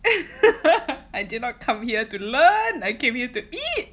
I did not come here to learn I came here to eat